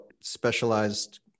specialized